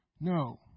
No